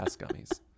gummies